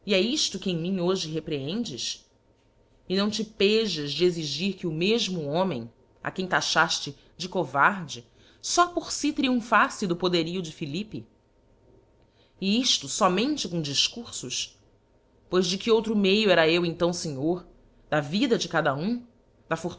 iílo que cm mim hoje rcprchendes e não te pjas de exigir que o melmo homem a quem tachafte de covarde fó por ú tríumphafle do poderio de philippe e ifto fomente com difcurfos pois de que outro meio era eu então fenhor da vida de cada um